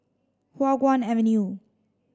Hua Guan Avenue